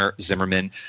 Zimmerman